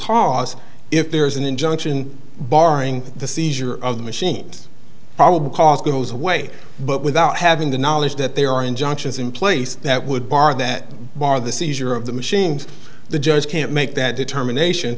cause if there is an injunction barring the seizure of the machines probable cause goes away but without having the knowledge that there are injunctions in place that would bar that bar the seizure of the machines the just can't make that determination